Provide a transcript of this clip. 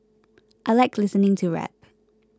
I like listening to rap